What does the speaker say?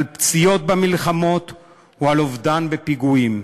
על פציעות במלחמות או על אובדן בפיגועים.